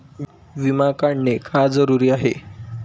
विमा काढणे का जरुरी आहे?